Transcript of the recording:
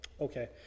Okay